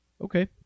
Okay